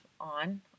on